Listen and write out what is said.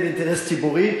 אלא כדי לקדם אינטרס ציבורי.